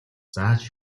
зааж